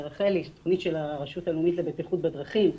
רחלי זו התוכנית של הרשות הלאומית לבטיחות בדרכים.